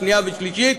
שנייה ושלישית,